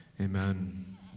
Amen